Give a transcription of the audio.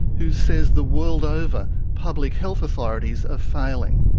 who says the world over public health authorities are failing.